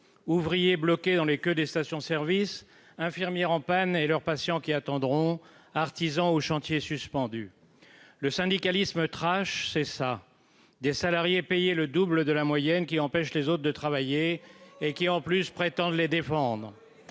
ouvriers bloqués dans les que des stations service, infirmière en panne et leurs patients qui attendront artisan au chantier suspendu le syndicalisme trash, c'est ça : des salariés payés le double de la moyenne qui empêchent les autres de travailler et qui en plus prétendent les défendre